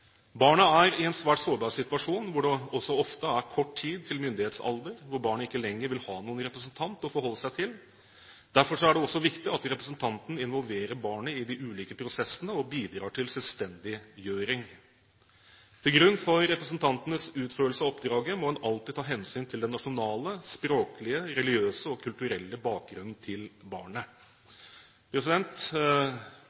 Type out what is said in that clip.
Barna er i en svært sårbar situasjon, hvor det også ofte er kort tid til myndighetsalder, da barnet ikke lenger vil ha noen representant å forholde seg til. Derfor er det også viktig at representanten involverer barnet i de ulike prosessene og bidrar til selvstendiggjøring. Til grunn for representantens utførelse av oppdraget må en alltid ta hensyn til den nasjonale, språklige, religiøse og kulturelle bakgrunnen til barnet.